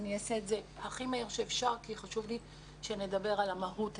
אני אציג אותו בקצרה והכי מהר שאפשר כי חשוב לי שנדבר על המהות עצמה.